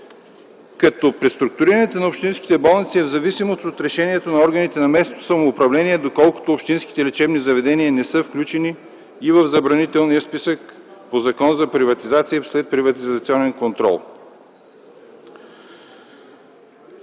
като преструктурирането на общинските болници е в зависимост от решението на органите на местното самоуправление, доколкото общинските лечебни заведения не са включени и в Забранителния списък по Закона за приватизация и следприватизационен контрол.